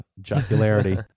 jocularity